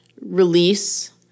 release